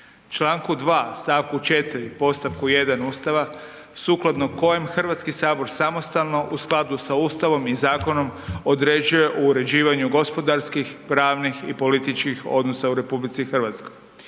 Čl. 2. st. 4. podst. 1. Ustava sukladno kojem Hrvatski sabor samostalno u skladu sa Ustavom i zakonom određuje u uređivanju gospodarskim, pravnih i političkih odnosa u RH.